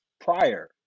prior